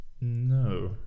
No